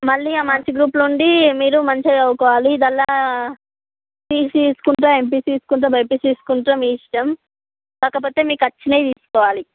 మళ్ళీ ఆ మంచి గ్రూపు నుండి మీరు మంచిగ చదువుకోవాలి ఇందంతా సిఇసి తీసుకుంటారా ఎమ్పిసి తీసుకుంటారా బైపిసి తీసుకుంటారా అది మీ ఇష్టం కాకపొతే మీకు వచ్చినవి తీసుకోవాలి